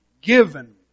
given